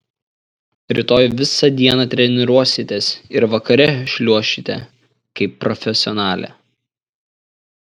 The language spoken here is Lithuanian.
rytoj visą dieną treniruositės ir vakare šliuošite kaip profesionalė